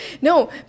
No